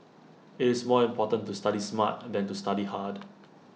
IT is more important to study smart than to study hard